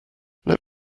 let